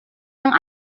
yang